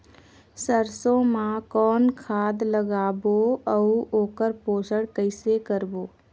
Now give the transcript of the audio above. सरसो मा कौन खाद लगाबो अउ ओकर पोषण कइसे करबो?